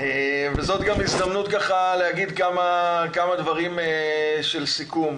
זאת גם הזדמנות להגיד כמה דברים של סיכום.